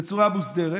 בצורה מוסדרת.